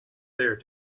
there